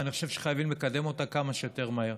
ואני חושב שחייבים לקדם אותה כמה שיותר מהר.